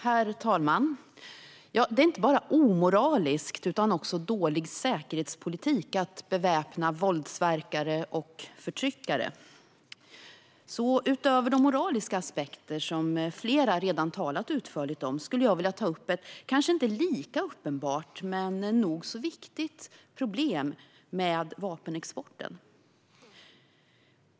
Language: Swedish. Herr talman! Det är inte bara omoraliskt utan också dålig säkerhetspolitik att beväpna våldsverkare och förtryckare. Utöver de moraliska aspekter som flera redan talat utförligt om skulle jag vilja ta upp ett kanske inte lika uppenbart men nog så viktigt problem med vapenexporten.